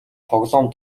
тоглоом